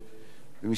ומסתבר,